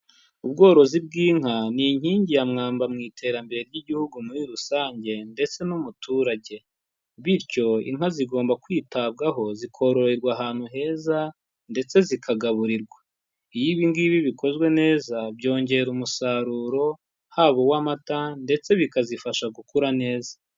Ubworozi bw'inka ni inkingi ya mwamba mu iterambere ry'igihugu muri rusange ndetse n'umuturage, bityo inka zigomba kwitabwaho zikororerwa ahantu heza ndetse zikagaburirwa, iyo ibi ngibi bikozwe neza byongera umusaruro, haba uw'amata ndetse bikazifasha gukura neza.